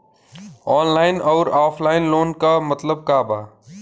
Online अउर offline loan क मतलब का बा?